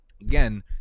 again